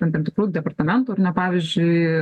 tam tam tikrų departamentų ar ne pavyzdžiui